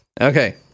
Okay